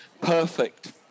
perfect